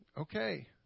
Okay